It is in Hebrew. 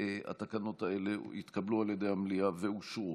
התקנות האלה התקבלו על ידי המליאה ואושרו.